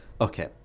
okay